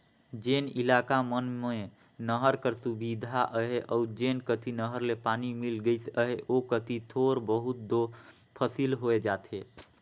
जेन इलाका मन में नहर कर सुबिधा अहे अउ जेन कती नहर ले पानी मिल गइस अहे ओ कती थोर बहुत दो फसिल होए जाथे